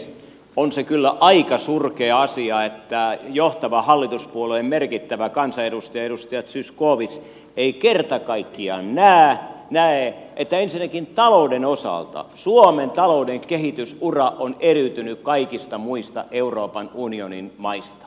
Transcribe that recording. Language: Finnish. on se kyllä aika surkea asia että johtavan hallituspuolueen merkittävä kansanedustaja edustaja zyskowicz ei kerta kaikkiaan näe että ensinnäkin talouden osalta suomen talouden kehitysura on eriytynyt kaikista muista euroopan unionin maista